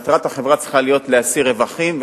מטרת החברה צריכה להיות להשיא רווחים,